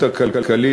מתנגדים.